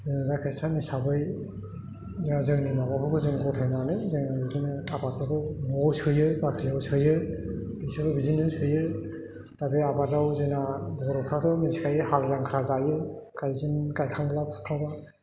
जों दा ख्रिष्टान हिसाबै जोंहा जोंनि माबाफोरखौ जों गथायनानै जों बिदिनो आबादफोरखौ न'आव सोयो बाख्रियाव सोयो बिसोरबो बिदिनो सोयो दा बे आबादाव जोंना बर'फोराथ' मिथिखायो हालजांख्रा जायो गाइखांब्ला फुखांब्ला